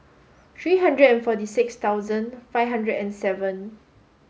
three hundred and forty six thousand five hundred and seven